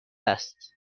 است